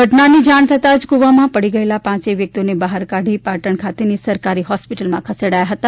ઘટનાની જાણ થતાં જ કુવામાં પડી ગયેલા પાંચેય વ્યક્તિઓને બહાર કાઢી પાટણ ખાતેની સરકારી હોસ્પિટલ ખસેડાયા હતા